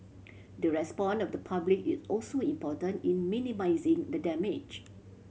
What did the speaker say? the respond of the public is also important in minimising the damage